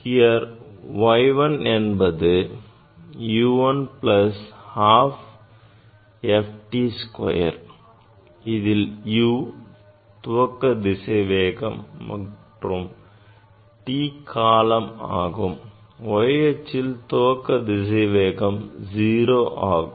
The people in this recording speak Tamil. here y 1 என்பது u t plus half f t square இதில் u துவக்க திசைவேகம் மற்றும் t காலம் ஆகும் y அச்சில் துவக்க திசைவேகம் 0 ஆகும்